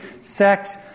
sex